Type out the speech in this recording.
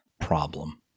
problem